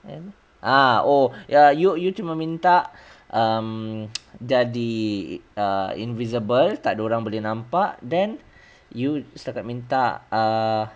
ah oh ya you you cuma minta um jadi err invisible tak ada orang boleh nampak then you setakat minta err